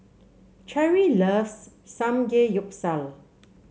Cherrie loves Samgeyopsal